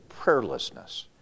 prayerlessness